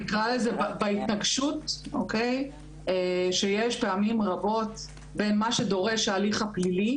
אני מסבירה את זה בהתנגשות שיש פעמים רבות בין מה שדורש ההליך הפלילי